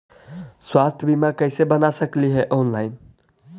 स्वास्थ्य बीमा कैसे बना सकली हे ऑनलाइन?